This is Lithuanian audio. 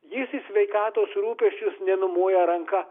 jis į sveikatos rūpesčius nenumoja ranka